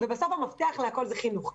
הרי בסוף המפתח לכול זה חינוך.